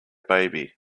baby